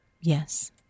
Yes